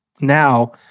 now